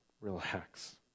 relax